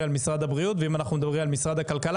על משרד הבריאות ואם אנחנו מדברים על משרד הכלכלה